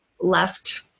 left